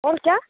और क्या